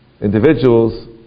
individuals